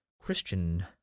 christian